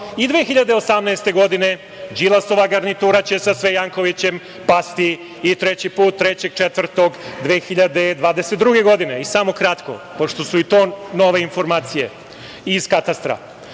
i 2018. godine. Đilasova garnitura će sa sve Jankovićem pasti i treći put, 3. aprila 2022. godine.I samo kratko, pošto su i to nove informacije iz katastra.